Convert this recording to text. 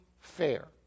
fair